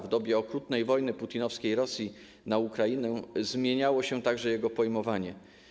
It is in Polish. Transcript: W dobie okrutnej wojny putinowskiej Rosji na Ukrainie zmieniało się także jego pojmowanie.